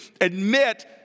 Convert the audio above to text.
admit